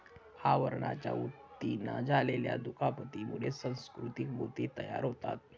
आवरणाच्या ऊतींना झालेल्या दुखापतीमुळे सुसंस्कृत मोती तयार होतात